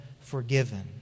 forgiven